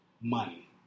money